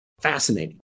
Fascinating